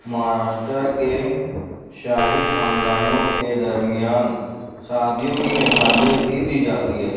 مہاراشٹرا کے شاہی خاندانوں کے درمیان شادیوں کی مثالیں بھی دی جاتی ہیں